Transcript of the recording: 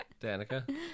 danica